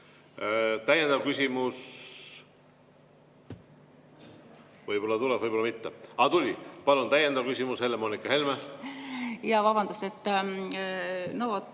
Täiendav küsimus ... Võib-olla tuleb, võib-olla mitte. Aga tuli! Palun, täiendav küsimus, Helle-Moonika Helme! Jaa, vabandust! See on